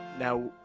now,